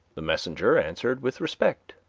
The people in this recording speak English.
the messenger answered with respect